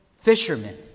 fishermen